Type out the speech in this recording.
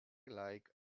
like